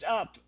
up